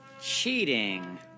Cheating